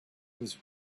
was